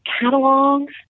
catalogs